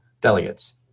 delegates